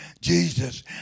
Jesus